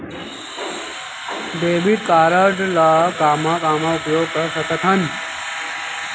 Debit card ला कामा कामा उपयोग कर सकथन?